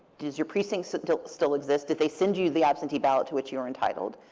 does your precinct still exist? did they send you the absentee ballot to which you're entitled?